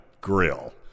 grill